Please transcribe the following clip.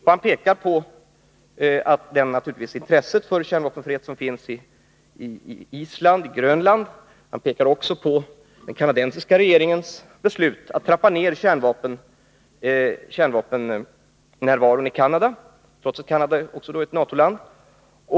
Han pekar på det intresse för frihet från kärnvapen som finns i Island och i Grönland, och han pekar också på den kanadensiska regeringens beslut att trappa ner kärnvapennärvaron i Canada — trots att Canada är ett NATO-land.